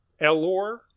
Elor